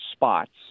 spots